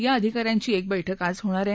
या अधिकाऱ्यांची एक बैठक आज होणार आहे